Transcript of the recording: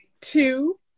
two